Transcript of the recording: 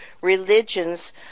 religions